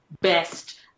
best